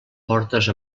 portes